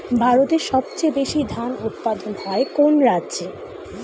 ভারতের সবচেয়ে বেশী ধান উৎপাদন হয় কোন রাজ্যে?